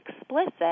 explicit